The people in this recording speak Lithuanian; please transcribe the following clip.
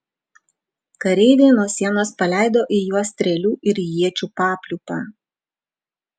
kareiviai nuo sienos paleido į juos strėlių ir iečių papliūpą